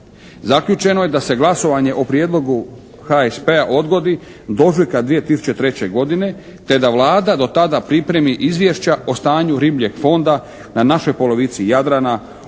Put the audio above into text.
Zaključeno je da se glasovanje o prijedlogu HSP-a odgodi do ožujka 2003. godine te da Vlada do tada pripremi izvješća o stanju ribljeg fonda na našoj polovici Jadrana,